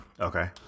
Okay